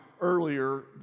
earlier